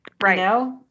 right